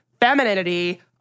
femininity